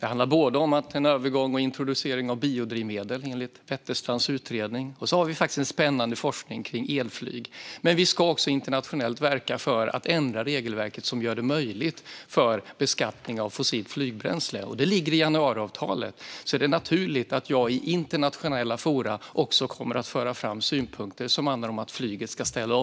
Det handlar om en övergång till och introducering av biodrivmedel, enligt Wetterstrands utredning. Vi har dessutom spännande forskning om elflyg. Vi ska också internationellt verka för att ändra regelverket och möjliggöra beskattning av fossilt flygbränsle. Det ligger i januariavtalet, så det är naturligt att jag i internationella forum - såväl i Europeiska unionen som på ICAO:s årsmöte - kommer att föra fram synpunkter som handlar om att flyget ska ställa